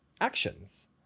actions